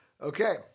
Okay